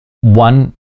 one